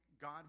God